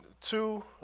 two